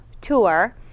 tour